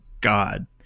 God